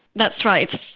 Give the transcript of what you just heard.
that's right.